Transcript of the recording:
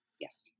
Yes